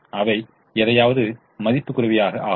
அவை எதையாவது மதிப்புக்குரியவை ஆகும்